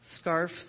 scarf